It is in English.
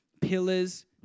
Pillars